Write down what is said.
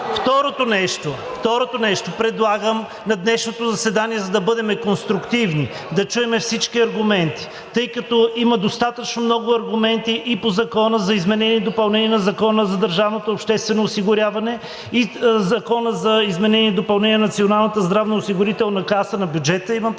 към Вас. Второто нещо, предлагам на днешното заседание, за да бъдем конструктивни, да чуем всички аргументи, тъй като има достатъчно много аргументи и по Закона за изменение и допълнение на Закона за държавното обществено осигуряване, и Закона за изменение и допълнение на Националната здравноосигурителна каса, на бюджета имам предвид,